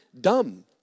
dumb